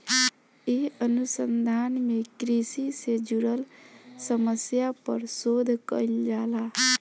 ए अनुसंधान में कृषि से जुड़ल समस्या पर शोध कईल जाला